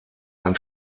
ein